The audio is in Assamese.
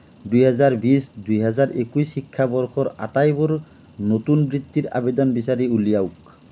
দুহেজাৰ বিছ দুহেজাৰ একৈছ শিক্ষাবৰ্ষৰ আটাইবোৰ নতুন বৃত্তিৰ আবেদন বিচাৰি উলিয়াওক